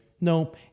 no